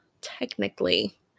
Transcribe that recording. technically